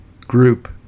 group